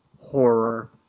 Horror